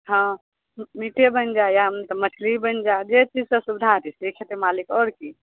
हँ मीटे बनि जाए या तऽ मछली बनि जाए जे चीज स सुविधा हेतै से खेतै मालिक आओर की